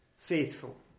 faithful